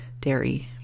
Dairy